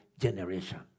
generation